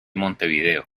montevideo